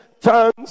tongues